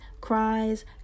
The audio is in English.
cries